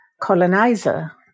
colonizer